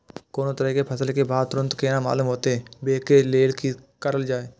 कोनो तरह के फसल के भाव तुरंत केना मालूम होते, वे के लेल की करल जाय?